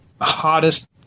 hottest